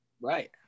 Right